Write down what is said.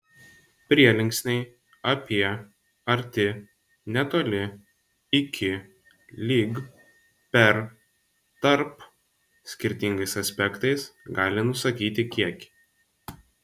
prielinksniai apie arti netoli iki lig per tarp skirtingais aspektais gali nusakyti kiekį